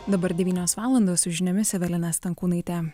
dabar devynios valandos su žiniomis evelina stankūnaitė